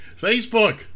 Facebook